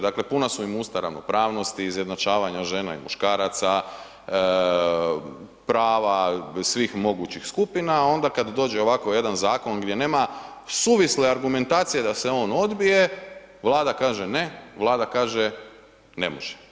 Dakle, puna su im usta ravnopravnosti, izjednačavanja žena i muškaraca, prava, svih mogućih skupina i onda kad dođe ovako jedan zakon gdje nema suvisle argumentacije da se on odbije, Vlada kaže ne, Vlada kaže ne može.